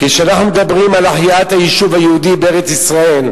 כשאנחנו מדברים על החייאת היישוב היהודי בארץ-ישראל,